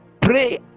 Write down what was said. pray